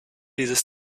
dieses